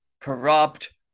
corrupt